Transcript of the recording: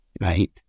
right